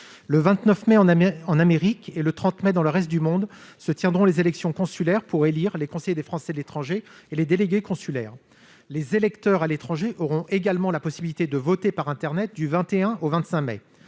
prochain en Amérique, le 30 mai dans le reste du monde, se tiendront les élections consulaires pour élire les conseillers des Français de l'étranger et les délégués consulaires. Les électeurs auront également la possibilité de voter par internet du 21 au 25 mai.